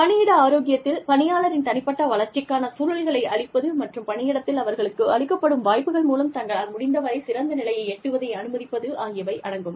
பணியிட ஆரோக்கியத்தில் பணியாளரின் தனிப்பட்ட வளர்ச்சிக்கான சூழல்களை அளிப்பது மற்றும் பணியிடத்தில் அவர்களுக்கு அளிக்கப்படும் வாய்ப்புகள் மூலம் தங்களால் முடிந்தவரைச் சிறந்த நிலையை எட்டுவதை அனுமதிப்பது ஆகியவை அடங்கும்